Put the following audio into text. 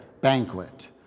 banquet